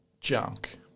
junk